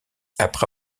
après